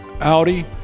Audi